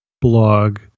blog